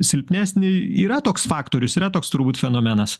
silpnesnį yra toks faktorius yra toks turbūt fenomenas